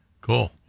Cool